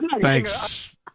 Thanks